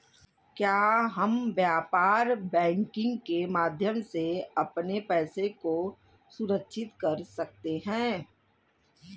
क्या हम व्यापार बैंकिंग के माध्यम से अपने पैसे को सुरक्षित कर सकते हैं?